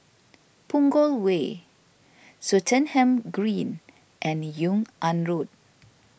Punggol Way Swettenham Green and Yung An Road